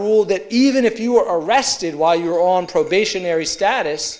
rule that even if you are arrested while you're on probation every status